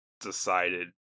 decided